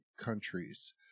countries